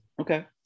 Okay